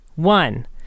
One